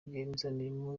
rwiyemezamirimo